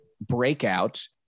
breakout